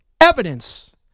evidence